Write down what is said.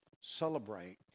celebrate